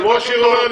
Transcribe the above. אם ראש עיר אומר,